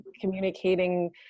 communicating